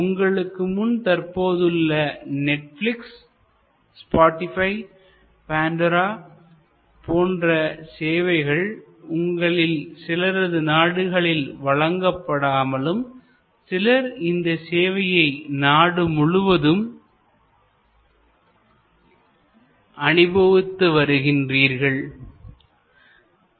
உங்களுக்கு முன் தற்போதுள்ள நெட்பிளிக்ஸ் ஸ்பாட்டிபை பான்டோரா போன்ற சேவைகள் உங்களில் சிலரது நாடுகளில் வழங்கபடாமலும் சிலர் இந்த சேவையை நாடுமுழுவதும் அனுபவித்து வருகின்றனர்